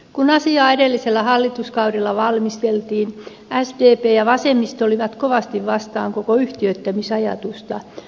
kun asiaa edellisellä hallituskaudella valmisteltiin sdp ja vasemmisto olivat kovasti vastaan koko yhtiöittämisajatusta